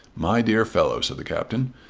my dear fellow, said the captain,